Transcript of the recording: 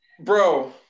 bro